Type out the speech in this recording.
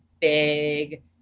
big